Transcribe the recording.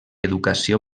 educació